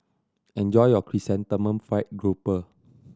enjoy your Chrysanthemum Fried Grouper